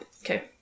Okay